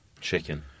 chicken